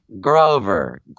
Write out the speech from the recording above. grover